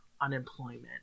unemployment